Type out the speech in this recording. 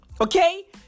Okay